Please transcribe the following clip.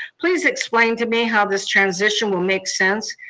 please explain to me how this transition will make sense?